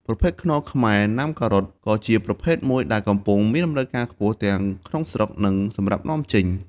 ប្រភេទខ្នុរខ្មែរណាំងការ៉ុតក៏ជាប្រភេទមួយដែលកំពុងមានតម្រូវការខ្ពស់ទាំងក្នុងស្រុក និងសម្រាប់នាំចេញ។